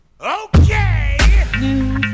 Okay